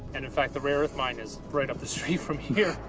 and in fact, the rare earth mine is right up the street from here.